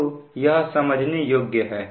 तो यह समझने योग्य है